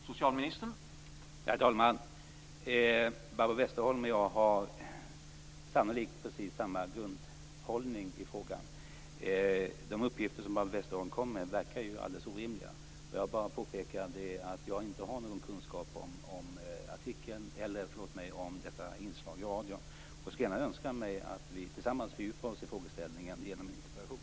Herr talman! Barbro Westerholm och jag har sannolikt precis samma grundinställning i frågan. De uppgifter som Barbro Westerholm kommer med verkar alldeles orimliga. Jag vill bara påpeka att jag inte har någon kunskap om detta inslag i radion. Jag skulle gärna se att vi tillsammans fördjupar oss i frågeställningen genom en interpellation.